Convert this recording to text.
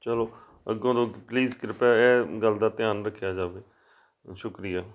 ਚਲੋ ਅੱਗੋ ਤੋਂ ਪਲੀਜ਼ ਕਿਰਪਾ ਇਹ ਗੱਲ ਦਾ ਧਿਆਨ ਰੱਖਿਆ ਜਾਵੇ ਸ਼ੁਕਰੀਆ